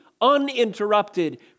uninterrupted